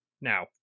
now